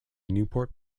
newport